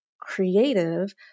creative